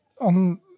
on